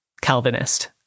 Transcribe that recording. Calvinist